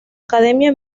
academia